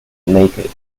naked